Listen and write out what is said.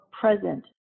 present